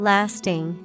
Lasting